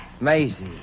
Maisie